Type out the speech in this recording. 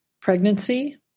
pregnancy